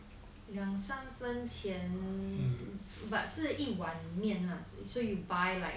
两三分钱 but 是一碗面啦 so you buy like